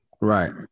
Right